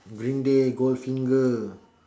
green day gold finger